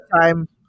time